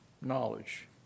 knowledge